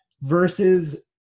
versus